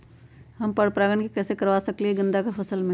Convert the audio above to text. हम पर पारगन कैसे करवा सकली ह गेंदा के फसल में?